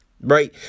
right